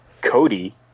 cody